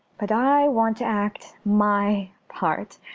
but i want to act my part,